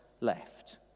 left